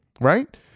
right